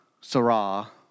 Sarah